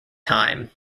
time